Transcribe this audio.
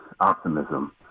optimism